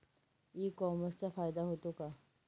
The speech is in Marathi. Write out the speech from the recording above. ई कॉमर्सचा फायदा होतो का?